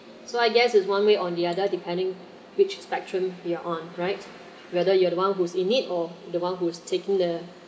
so I guess is one way or the other depending which spectrum you're on right whether you are the one who's in it or the one who's taking the